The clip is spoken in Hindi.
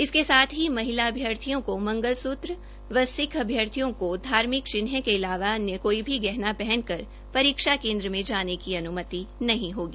इसके साथ ही महिला अभियार्थियों को मंगल सूत्र व सिक्ख अभ्यार्थी को धार्मिक चिन्ह के इलावा अन्य कोई भी गहना पहन कर परीक्षा केन्द्र में जाने की अनुमति नहीं होगी